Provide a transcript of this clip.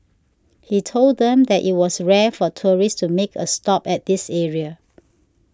he told them that it was rare for tourists to make a stop at this area